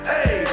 Hey